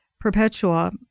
Perpetua